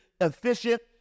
efficient